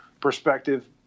perspective